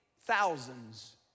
thousands